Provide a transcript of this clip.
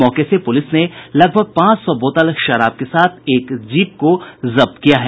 मौके से पूलिस ने लगभग पांच सौ बोतल शराब के साथ एक जीप को जब्त कर लिया है